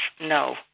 no